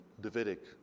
Davidic